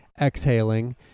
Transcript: exhaling